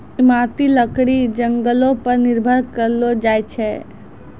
इमारती लकड़ी जंगलो पर निर्भर करलो जाय छै